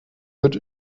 wird